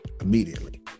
immediately